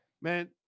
man